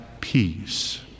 peace